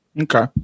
Okay